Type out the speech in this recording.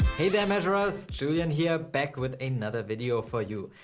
hey there measurers, julian here back with another video for you.